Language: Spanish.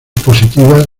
positivas